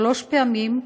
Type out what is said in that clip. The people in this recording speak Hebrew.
שלוש פעמים,